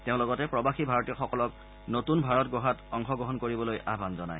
তেওঁ লগতে প্ৰৱাসী ভাৰতীয়সকলক নতুন ভাৰত গঢ়াত অংশগ্ৰহণ কৰিবলৈ আহ্বান জনায়